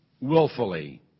willfully